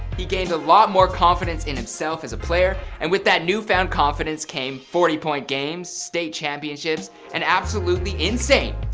he gained a lot more confidence in himself as a player. and with that newfound confidence came forty point games, state-championships and absolutely insane,